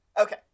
Okay